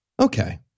Okay